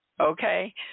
Okay